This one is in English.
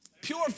Pure